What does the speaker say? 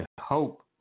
Hope